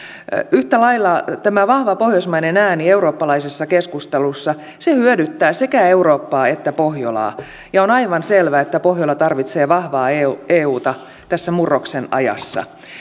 yhtä lailla tämä vahva pohjoismainen ääni eurooppalaisessa keskustelussa hyödyttää sekä eurooppaa että pohjolaa ja on aivan selvä että pohjola tarvitsee vahvaa euta tässä murroksen ajassa